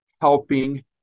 helping